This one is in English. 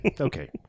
Okay